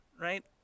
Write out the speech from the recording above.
right